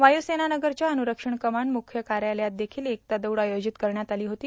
वायुसेना नगरच्या अन्गरक्षण कमान मुख्य कार्यालयात देखील एकता दौड आयोजित करण्यात आली होती